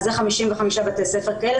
אז זה 55 בתי ספר כאלה,